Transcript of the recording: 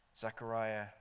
Zechariah